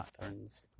patterns